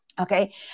Okay